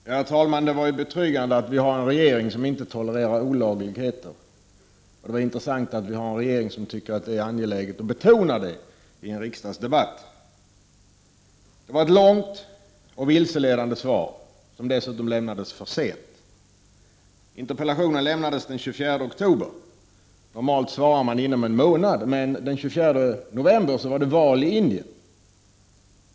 Herr talman! Det var ju betryggande att vi har en regering som inte tolererar olagligheter, och det var intressant att vi har en regering som tycker att det är angeläget att betona detta i en riksdagsdebatt. Det var ett långt och vilseledande svar, som dessutom lämnades för sent. Interpellationen avlämnades den 24 oktober. Normalt svarar man inom en månad. Men den 24 november var det val i Indien.